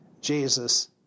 Jesus